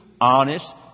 honest